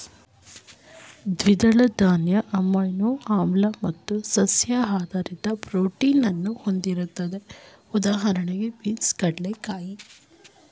ದ್ವಿದಳ ಧಾನ್ಯ ಅಮೈನೋ ಆಮ್ಲ ಮತ್ತು ಸಸ್ಯ ಆಧಾರಿತ ಪ್ರೋಟೀನನ್ನು ಹೊಂದಿರ್ತದೆ ಉದಾಹಣೆಗೆ ಬೀನ್ಸ್ ಕಡ್ಲೆಕಾಯಿ